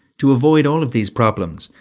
to avoid all of these problems,